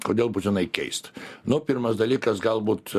kodėl būtinai keist nu pirmas dalykas galbūt